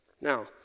Now